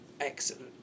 excellent